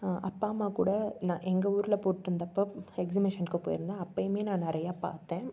அப்பா அம்மாக்கூட நான் எங்கள் ஊரில் போட்டிருந்தப்போ எக்ஸிபிஷனுக்கு போயிருந்தேன் அப்போயுமே நான் நிறையா பார்த்தேன்